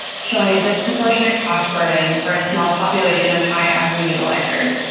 showing a disproportionate cost burden for a small population of high-asthma utilizers.